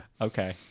Okay